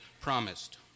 promised